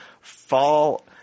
Fall